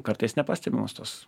kartais nepastebimos tos